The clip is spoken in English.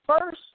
First